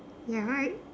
ya right